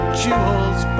jewels